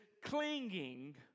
Clinging